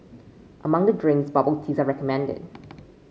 among the drinks bubble teas are recommended